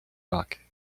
rock